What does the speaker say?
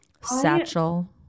Satchel